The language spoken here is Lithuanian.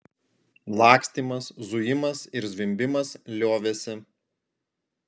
lakstymas zujimas ir zvimbimas liovėsi